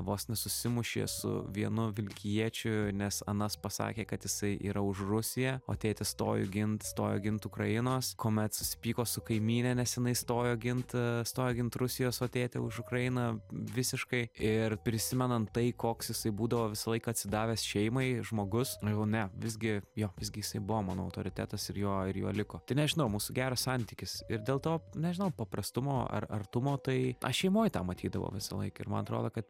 vos nesusimušė su vienu vilkijiečiu nes anas pasakė kad jisai yra už rusiją o tėtis stojo gint stojo gint ukrainos kuomet susipyko su kaimyne nes jinai stojo gint stojo gint rusijos o tėtė už ukrainą visiškai ir prisimenant tai koks jisai būdavo visą laiką atsidavęs šeimai žmogus na jau ne visgi jo visgi jisai buvo mano autoritetas ir juo ir juo liko nežinau mūsų geras santykis ir dėl to nežinau paprastumo ar artumo tai aš šeimoj tą matydavau visąlaik ir man atrodo kad